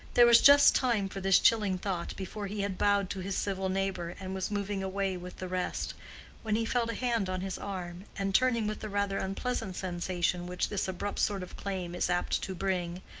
there was just time for this chilling thought before he had bowed to his civil neighbor and was moving away with the rest when he felt a hand on his arm, and turning with the rather unpleasant sensation which this abrupt sort of claim is apt to bring,